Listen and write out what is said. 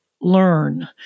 learn